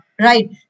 Right